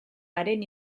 haren